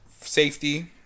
safety